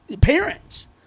parents